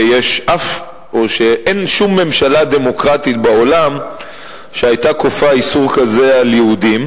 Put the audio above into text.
אין שום ממשלה דמוקרטית בעולם שהיתה כופה איסור כזה על יהודים,